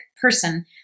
person